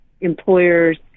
employers